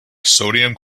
sodium